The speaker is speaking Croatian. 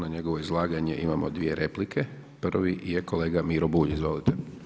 Na njegovo izlaganje imamo dvije replike, prvi je kolega Miro Bulj, izvolite.